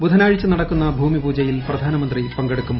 ബുധനാഴ്ച നടക്കുന്ന ഭൂമി പൂജയിൽ പ്രധാനമന്ത്രി പങ്കെടുക്കും